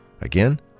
Again